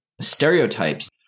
stereotypes